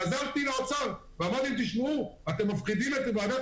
חזרתי לאוצר ואמרתי להם: אתם מפחידים את ועדת